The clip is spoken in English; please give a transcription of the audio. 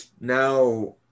now